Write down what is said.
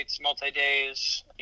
multi-days